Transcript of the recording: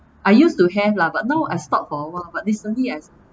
I used to have lah but now I stopped for a while but recently I